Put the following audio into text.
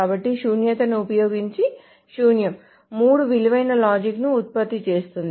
కాబట్టి శూన్యతను ఉపయోగించి శూన్య మూడు విలువైన లాజిక్ ను ఉత్పత్తి చేస్తుంది